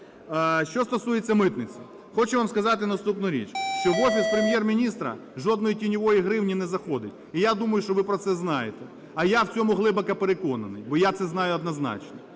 Що стосується митниці. Хочу вам сказати наступну річ: що в офіс Прем'єр-міністра жодної тіньової гривні не заходить. І я думаю, що ви про це знаєте. А я в цьому глибоко переконаний, бо я це знаю однозначно.